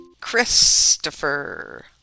Christopher